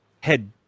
head